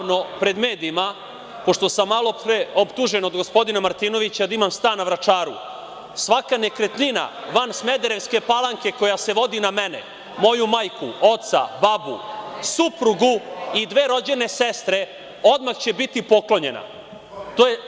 Javno, pred medijima, pošto sam malopre optužen od gospodina Martinovića da imam stan na Vračaru, svaka nekretnina van Smederevske Palanke, koja se vodi na mene, moju majku, oca, babu, suprugu i dve rođene sestre, odmah će biti poklonjene.